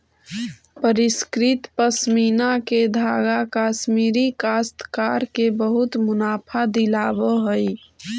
परिष्कृत पशमीना के धागा कश्मीरी काश्तकार के बहुत मुनाफा दिलावऽ हई